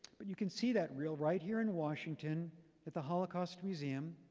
but you can see that reel right here in washington at the holocaust museum.